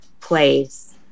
place